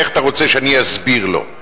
איך אתה רוצה שאני אסביר לו?